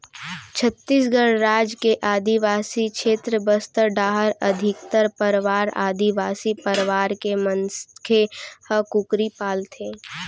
छत्तीसगढ़ राज के आदिवासी छेत्र बस्तर डाहर अधिकतर परवार आदिवासी परवार के मनखे ह कुकरी पालथें